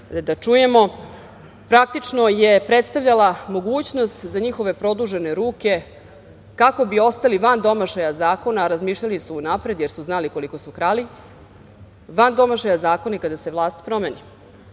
da čujemo, praktično je predstavljala mogućnost za njihove produžene ruke kako bi ostali van domašaja zakona, a razmišljali su unapred jer su znali koliko su krali, van domašaja zakonika da se vlast promeni.